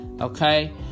okay